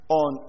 on